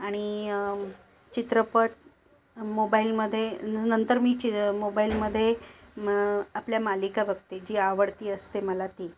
आणि चित्रपट मोबाईलमध्ये न नंतर मी चि मोबाईलमध्ये मं आपल्या मालिका बघते जी आवडती असते मला ती